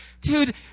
dude